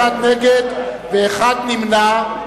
נגד, 61, ונמנע אחד.